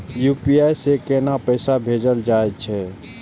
UPI से केना पैसा भेजल जा छे?